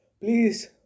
please